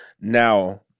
Now